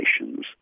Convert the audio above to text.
relations